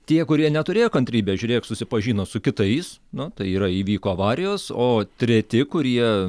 tie kurie neturėjo kantrybės žiūrėk susipažino su kitais na tai yra įvyko avarijos o treti kurie